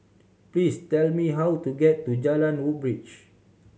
please tell me how to get to Jalan Woodbridge